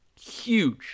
huge